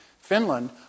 Finland